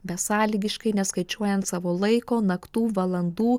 besąlygiškai neskaičiuojant savo laiko naktų valandų